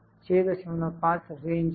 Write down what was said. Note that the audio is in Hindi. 65 रेंज है